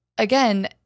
Again